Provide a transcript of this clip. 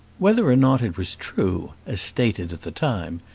whether or not it was true, as stated at the time,